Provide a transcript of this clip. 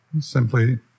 Simply